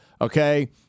okay